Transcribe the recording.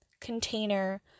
container